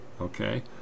okay